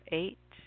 eight